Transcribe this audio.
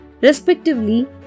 Respectively